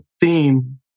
theme